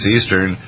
Eastern